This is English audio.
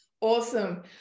Awesome